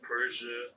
Persia